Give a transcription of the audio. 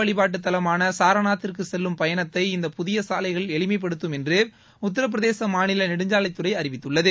வழிபாட்டுத் தலமான சார்நாத்திற்கு செல்லும் பயணத்தை இந்தப் புதிய சாலைகள் புத்த எளிமைப்படுத்தும் என்று உத்திரபிரதேச மாநில நெடுஞ்சாலைத் துறை தெரிவித்துள்ளது